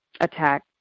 attack